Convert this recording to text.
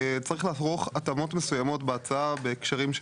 צריך לערוך התאמות מסוימות בהצעה בהקשרים של